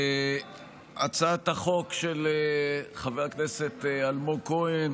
הצעת החוק של חבר הכנסת אלמוג כהן